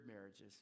marriages